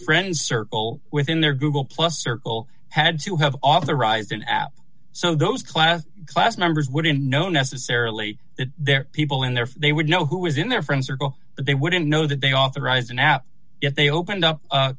friends circle within their google plus circle had to have authorized an app so those class class members wouldn't know necessarily that there are people in there they would know who is in their friends or go but they wouldn't know that they authorize an app if they opened up